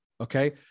Okay